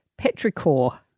petrichor